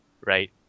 right